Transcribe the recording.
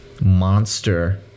monster